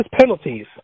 penalties